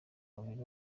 mubiri